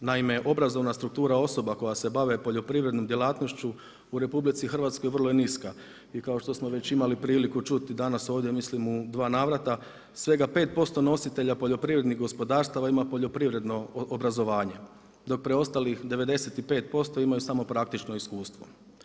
Naime, obrazovana struktura osoba koja se bave poljoprivrednom djelatnošću u RH vrlo je niska i kao što smo već imali priliku čuti danas ovdje mislim u dva navrata, svega 5% nositelja poljoprivrednih gospodarstava ima poljoprivredno obrazovanje, dok preostalih 95% imaju samo praktično iskustvo.